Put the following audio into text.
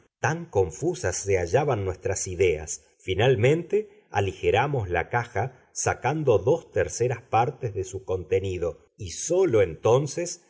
tan confusas se hallaban nuestras ideas finalmente aligeramos la caja sacando dos terceras partes de su contenido y sólo entonces